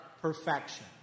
Perfection